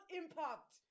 impact